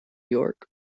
york